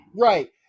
right